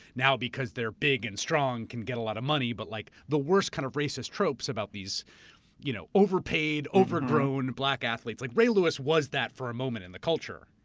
now, because they're big and strong, can get a lot of money, but like the worst kind of racist tropes about these you know overpaid, overgrown black athletes. like ray lewis was that for a moment in the culture.